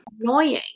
annoying